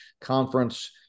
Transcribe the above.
conference